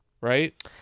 right